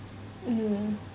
uh